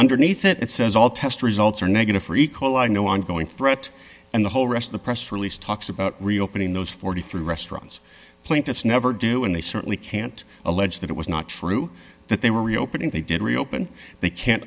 underneath it it says all test results are negative for eco i know ongoing threat and the whole rest of the press release talks about reopening those forty three restaurants plaintiffs never do and they certainly can't allege that it was not true that they were reopening they did reopen they can't